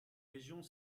régions